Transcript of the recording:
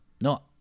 no